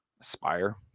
Aspire